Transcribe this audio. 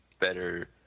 better